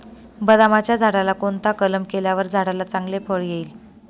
बदामाच्या झाडाला कोणता कलम केल्यावर झाडाला चांगले फळ येईल?